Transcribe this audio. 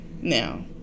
now